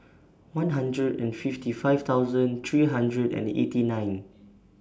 one hundred and fifty five thousand three hundred and eighty nine